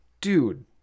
Dude